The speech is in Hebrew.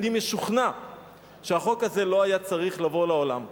אני משוכנע שהחוק הזה לא היה צריך לבוא לעולם.